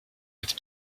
with